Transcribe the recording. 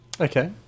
Okay